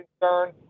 concern